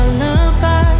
lullaby